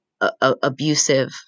abusive